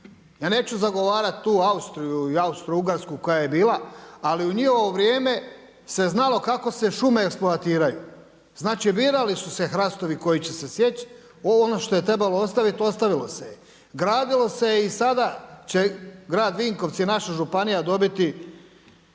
Ja neću zagovarati tu Austriju i Austro-Ugarsku koja je bila, ali u njihovo vrijeme se znalo kako se šume eksploatiraju, znači birali su se hrastovi koji će se sjeć, ono što je trebalo ostaviti ostavilo se je. Gradilo se je i sada će grad Vinkovci i naša županija dobiti